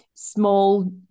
small